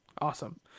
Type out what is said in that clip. Awesome